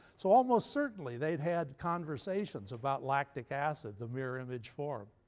so almost certainly they'd had conversations about lactic acid, the mirror image form.